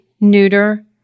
neuter